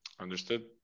Understood